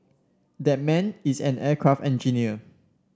that man is an aircraft engineer